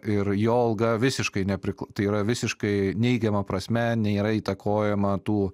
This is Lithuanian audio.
ir jo alga visiškai neprik tai yra visiškai neigiama prasme nėra įtakojama tų